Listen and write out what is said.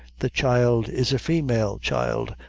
the child is a faymale child,